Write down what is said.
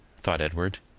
thought edward.